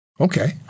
Okay